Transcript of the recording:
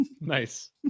Nice